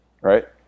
Right